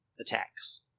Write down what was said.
attacks